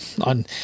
on